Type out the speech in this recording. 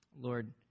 Lord